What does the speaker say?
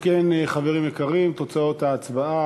אם כן, חברים יקרים, תוצאות ההצבעה,